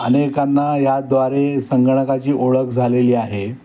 अनेकांना याद्वारे संगणकाची ओळख झालेली आहे